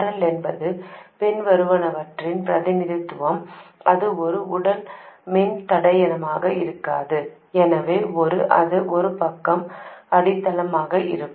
RL என்பது பின்வருவனவற்றின் பிரதிநிதித்துவம் அது ஒரு உடல் மின்தடையமாக இருக்காது எனவே அதன் ஒரு பக்கம் அடித்தளமாக இருக்கும்